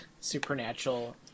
supernatural